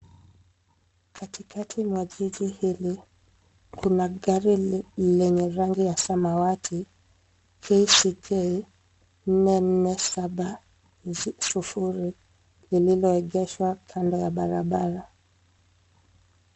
Katikati mwa jiji hili, kuna gari lenye rangi ya samawati, KCK447O lililoegewashwa kando ya barabara.